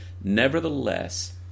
nevertheless